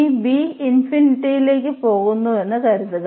ഈ b ലേക്ക് പോകുന്നുവെന്ന് കരുതുക